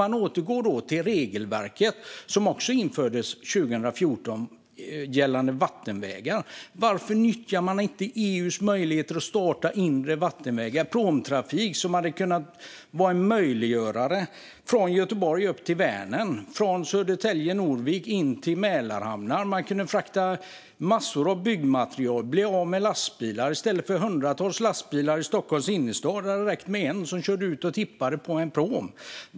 Jag återgår till regelverket gällande vattenvägar, som också infördes 2014, och undrar varför man inte nyttjar EU:s möjligheter att starta inre vattenvägar för pråmtrafik. Det hade kunnat vara möjligt från Göteborg upp till Vänern och från Södertälje och Norvik in till Mälarhamnar. Man skulle kunna frakta massor med byggmaterial och bli av med lastbilar. I stället för hundratals lastbilar i Stockholms innerstad hade det räckt med en som körde ut och tippade på en pråm.